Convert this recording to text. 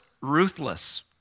ruthless